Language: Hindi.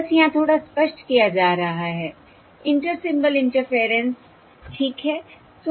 बस यहाँ थोड़ा स्पष्ट किया जा रहा है इंटर सिंबल इंटरफेरेंस ठीक है